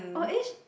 oh is